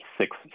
six